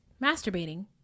Masturbating